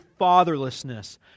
fatherlessness